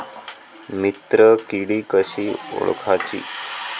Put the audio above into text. मित्र किडी कशी ओळखाची?